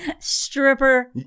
Stripper